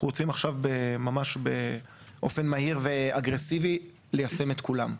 אנחנו רוצים עכשיו ממש באופן מהיר ואגרסיבי ליישם את כולם.